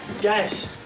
guys